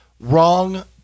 Wrong